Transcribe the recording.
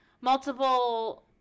multiple